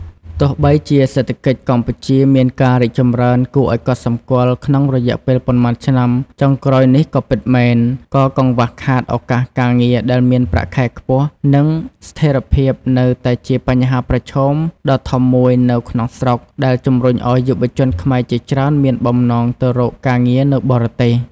ទោះបីជាសេដ្ឋកិច្ចកម្ពុជាមានការរីកចម្រើនគួរឱ្យកត់សម្គាល់ក្នុងរយៈពេលប៉ុន្មានឆ្នាំចុងក្រោយនេះក៏ពិតមែន ក៏កង្វះខាតឱកាសការងារដែលមានប្រាក់ខែខ្ពស់ និងស្ថេរភាពនៅតែជាបញ្ហាប្រឈមដ៏ធំមួយនៅក្នុងស្រុក ដែលជំរុញឱ្យយុវជនខ្មែរជាច្រើនមានបំណងទៅរកការងារនៅបរទេស។